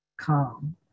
calm